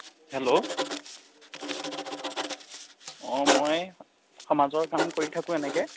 hello অঁ মই সমাজত কাম কৰি থাকোঁ এনেকৈ